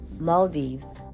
Maldives